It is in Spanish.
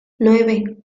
nueve